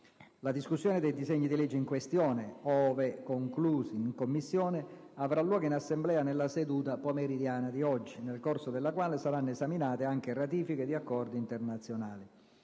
La discussione dei disegni di legge in questione – ove conclusi in Commissione – avra` luogo in Assemblea nella seduta pomeridiana di oggi, nel corso della quale saranno esaminate anche ratifiche di accordi